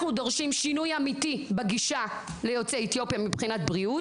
אנחנו דורשים שינוי אמיתי בגישה ליוצאי אתיופיה מבחינת בריאות